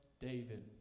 David